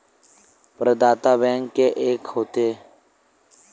प्रदाता बैंक के एके होथे?